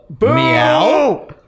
Meow